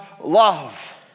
love